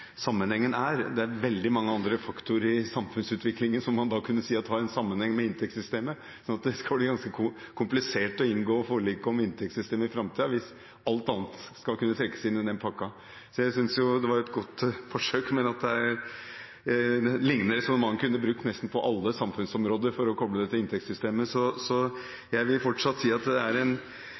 samfunnsutviklingen som man kunne si har en sammenheng med inntektssystemet, så det skal bli ganske komplisert å inngå forlik om inntektssystemet i framtiden hvis alt annet skal kunne trekkes inn i den pakken. Jeg synes jo det var et godt forsøk, men et liknende resonnement kunne en brukt på nesten alle samfunnsområder for å koble dem til inntektssystemet. Jeg vil fortsatt si at det er en